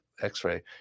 x-ray